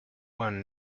one